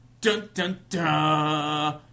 dun-dun-dun